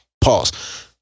Pause